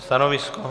Stanovisko?